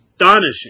astonishing